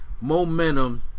momentum